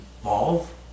evolve